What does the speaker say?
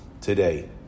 today